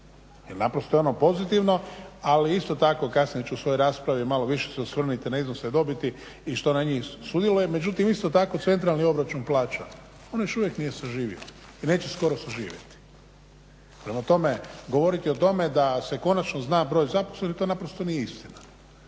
jer naprosto je ono pozitivno. Ali isto tako kasnije ću u svojoj raspravi malo više se osvrnuti na iznose dobiti i što na njih sudjeluje. Međutim, isto tako centralni obračun plaća on još uvijek nije saživio i neće skoro saživjeti. Prema tome, govoriti o tome da se konačno zna broj zaposlenih to naprosto nije istina.